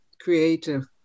creative